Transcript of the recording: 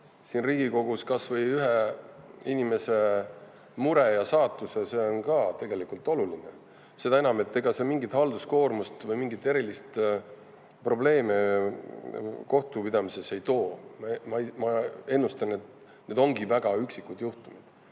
siin Riigikogus kasvõi ühe inimese mure ja saatuse, siis on see tegelikult oluline, seda enam, et see mingit halduskoormust või mingeid erilisi probleeme kohtupidamises ei too. Ma ennustan, et need ongi väga üksikud juhtumid.